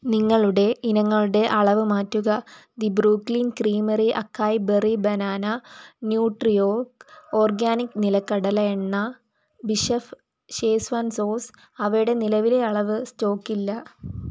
നിങ്ങളുടെ ഇനങ്ങളുടെ അളവ് മാറ്റുക the Brooklyn creamery acai berry banana Nutriorg organic നിലക്കടല എണ്ണ ബിഷെഫ് ഷേസ്വാൻ സോസ് അവയുടെ നിലവിലെ അളവ് സ്റ്റോക്ക് ഇല്ല